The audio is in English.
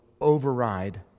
override